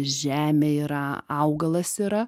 žemė yra augalas yra